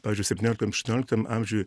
pavyzdžiui septynioliktam aštuonioliktam amžiuj